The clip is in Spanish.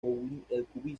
cubismo